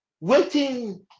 waiting